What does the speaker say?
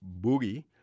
Boogie